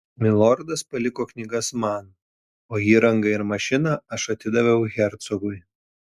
milordas paliko knygas man o įrangą ir mašiną aš atidaviau hercogui